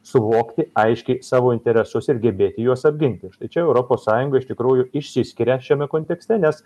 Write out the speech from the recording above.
suvokti aiškiai savo interesus ir gebėti juos apginti štai čia europos sąjunga iš tikrųjų išsiskiria šiame kontekste nes